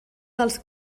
dels